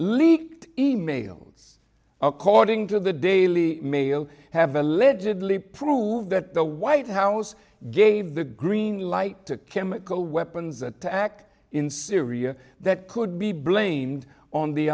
leaked emails according to the daily mail have allegedly prove that the white house gave the green light to chemical weapons attack in syria that could be blamed on the